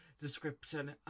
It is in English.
description